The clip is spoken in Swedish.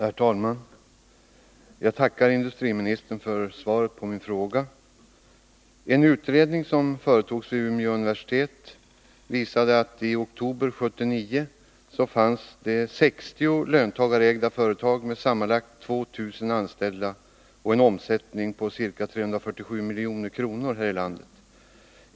Herr talman! Jag tackar industriministern för svaret på min fråga. En utredning som företogs vid Umeå universitet visade att i oktober 1979 fanns det 60 löntagarägda företag med sammanlagt 2 000 anställda och en omsättning på ca 347 milj.kr. i landet.